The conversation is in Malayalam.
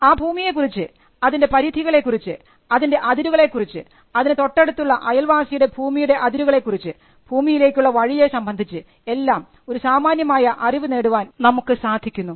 അങ്ങനെ ആ ഭൂമിയെ കുറിച്ച് അതിൻറെ പരിധികളെ കുറിച്ച് അതിൻറെ അതിരുകളെ കുറിച്ച് അതിന് തൊട്ടടുത്തുള്ള അയൽവാസിയുടെ ഭൂമിയുടെ അതിരുകളെ കുറിച്ച് ഭൂമിയിലേക്കുള്ള വഴിയെ സംബന്ധിച്ച് എല്ലാം ഒരു സാമാന്യമായ അറിവ് നേടാൻ നമുക്ക് സാധിക്കുന്നു